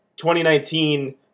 2019